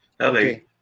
Okay